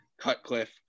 Cutcliffe